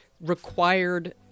required